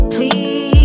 Please